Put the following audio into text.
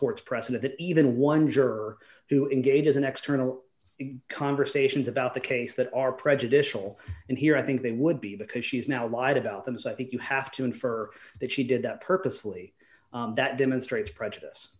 court's precedent that even one juror who engages an external conversations about the case that are prejudicial and here i think they would be because she's now lied about them so i think you have to infer that she did that purposefully that demonstrates prejudice